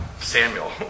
Samuel